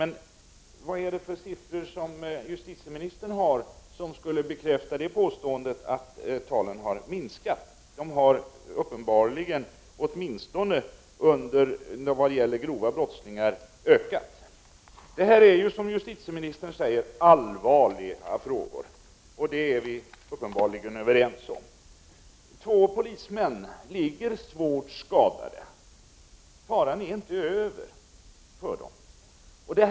Men jag undrar: Vad är det för siffror justitieministern har, som skulle bekräfta hennes påstående att antalet rymningar har minskat? Antalet har uppenbarligen, åtminstone i fråga om grova brottslingar, ökat. Detta är, som justitieministern säger, allvarliga frågor. Det är vi uppenbarligen överens om. Två polismän ligger svårt skadade. Faran är inte över för dem.